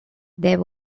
there